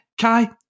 Kai